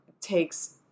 takes